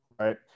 right